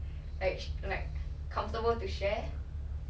我我是我是 okay lah but then like 你们